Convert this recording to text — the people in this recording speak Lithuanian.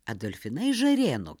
adolfina iš žarėnų